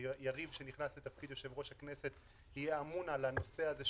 יריב שנכנס לתפקיד יושב-ראש הכנסת יהיה אמון על הנושא הזה,